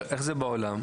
איך זה בעולם?